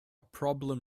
problem